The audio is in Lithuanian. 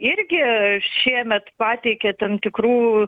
irgi šiemet pateikė tam tikrų